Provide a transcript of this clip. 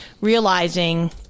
realizing